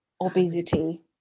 obesity